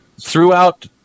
throughout